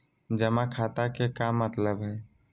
जमा खाता के का मतलब हई?